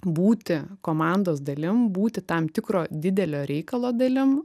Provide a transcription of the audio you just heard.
būti komandos dalim būti tam tikro didelio reikalo dalim